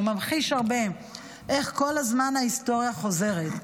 וממחיש הרבה איך כל הזמן ההיסטוריה חוזרת,